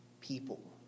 people